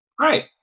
Right